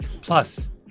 Plus